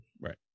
Right